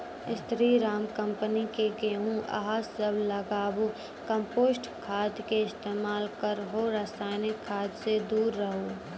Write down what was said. स्री Ram company के गेहूँ अहाँ सब लगाबु कम्पोस्ट खाद के इस्तेमाल करहो रासायनिक खाद से दूर रहूँ?